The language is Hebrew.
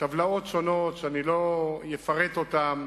טבלאות שלא אפרט אותן,